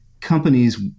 companies